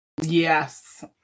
Yes